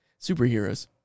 superheroes